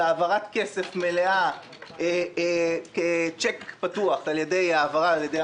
בהעברת כסף מלא כצ'ק פתוח על ידי הממשלה